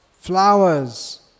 flowers